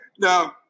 No